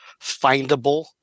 findable